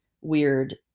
weird